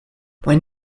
when